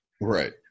Right